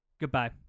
Goodbye